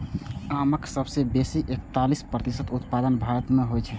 आमक सबसं बेसी एकतालीस प्रतिशत उत्पादन भारत मे होइ छै